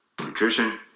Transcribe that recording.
nutrition